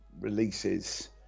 releases